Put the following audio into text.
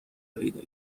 پیدا